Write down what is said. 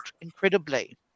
incredibly